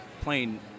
playing